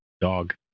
dog